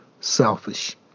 selfish